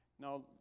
Now